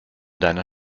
deiner